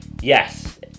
Yes